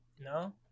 No